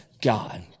God